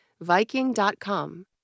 Viking.com